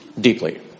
Deeply